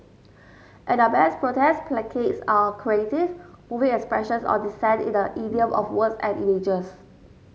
at their best protest placards are creative moving expressions of dissent in the idiom of words and images